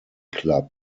club